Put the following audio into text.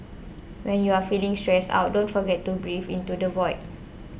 when you are feeling stressed out don't forget to breathe into the void